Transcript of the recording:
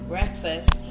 Breakfast